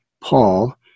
Paul